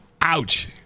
ouch